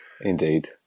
indeed